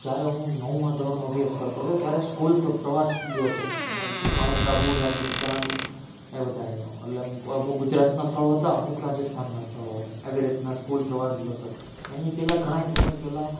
જ્યારે હું નવમા ધોરણમાં અભ્યાસ કરતો તો ત્યારે સ્કૂલ તપ પ્રવાસ ગયો હતો માઉન્ટ આબુ રાજસ્થાન એ બધાયનો એટલે અમુક ગુજરાતના સ્થળો હતા અમુક રાજસ્થાનના સ્થળો હતા એવી રીતના સ્કૂલ પ્રવાસ ગયો હતો એની પહેલાં ઘણાય સમય પહેલાં